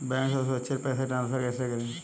Bank से सुरक्षित पैसे ट्रांसफर कैसे करें?